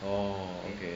orh okay